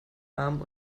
arm